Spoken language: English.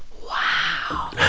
wow,